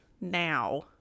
now